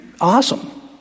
awesome